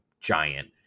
giant